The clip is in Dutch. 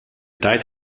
tijd